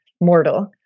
mortal